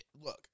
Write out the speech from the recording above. look